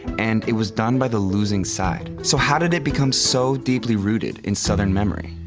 and it was done by the losing side. so how did it become so deeply rooted in southern memory?